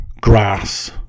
grass